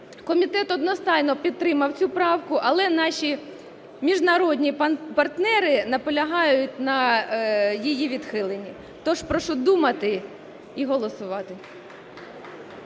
комітет одностайно підтримав цю правку, але наші міжнародні партнери наполягають на її відхиленні, тож прошу думати і голосувати.